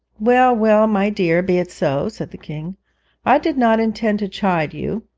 well, well, my dear, be it so said the king i did not intend to chide you.